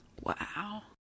Wow